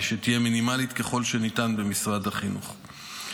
שתהיה מינימלית ככל שניתן במשרד החינוך.